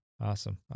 Awesome